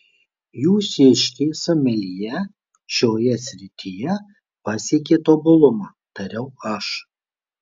jūsiškiai someljė šioje srityje pasiekė tobulumą tariau aš